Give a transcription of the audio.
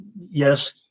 yes